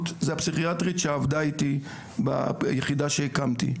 זו הפסיכיאטרית שעבדה איתי ביחידה שהקמתי,